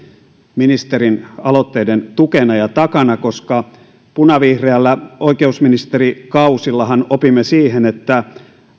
ministerin aloitteiden tukena ja takana koska punavihreillä oikeusministerikausillahan opimme siihen että